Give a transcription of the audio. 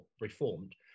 reformed